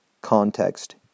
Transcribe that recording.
context